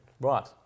Right